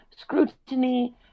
scrutiny